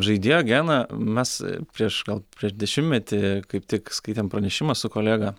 žaidėjo geną mes prieš gal prieš dešimtmetį kaip tik skaitėm pranešimą su kolega